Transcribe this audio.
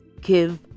give